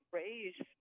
raise